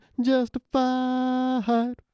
justified